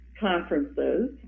conferences